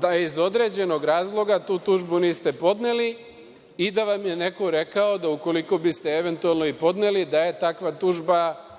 da iz određenog razloga tu tužbu niste podneli i da vam je neko rekao da ukoliko biste eventualno i podneli, da je takva tužba